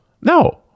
No